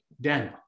Daniel